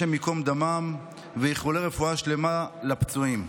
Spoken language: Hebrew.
השם ייקום דמם, ואיחולי רפואה שלמה לפצועים.